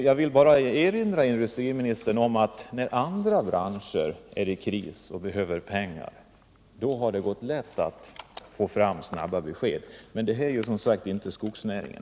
Jag vill bara erinra industriministern om att när andra branscher varit i kris och behövt pengar har det gått lätt att få fram snabba besked. Men det här är som sagt inte skogsnäringen.